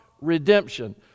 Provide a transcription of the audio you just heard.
redemption